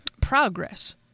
progress